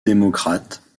démocrate